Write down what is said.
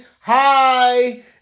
hi